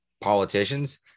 politicians